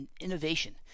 innovation